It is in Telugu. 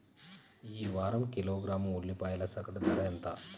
ఈ వారం కిలోగ్రాము ఉల్లిపాయల సగటు ధర ఎంత?